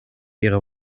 ihre